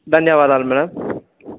ధన్యవాదాలు మేడం